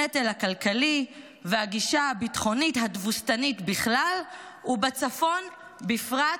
הנטל הכלכלי והגישה הביטחונית התבוסתנית בכלל ובצפון בפרט,